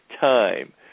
time